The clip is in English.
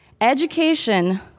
Education